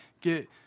get